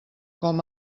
com